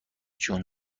جون